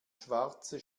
schwarze